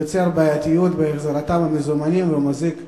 יוצר בעייתיות בהחזר המזומנים ומזיק לעצמאים.